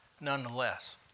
nonetheless